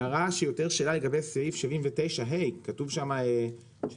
הערה שיותר שאלה לגבי סעיף 79 ה', כתוב שם לגבי